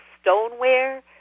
Stoneware